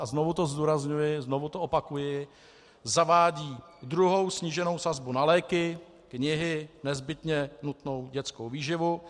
a znovu to zdůrazňuji, znovu to opakuji zavádí druhou sníženou sazbu na léky, knihy, nezbytně nutnou dětskou výživu.